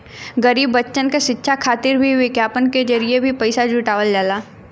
गरीब बच्चन क शिक्षा खातिर भी विज्ञापन के जरिये भी पइसा जुटावल जाला